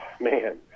man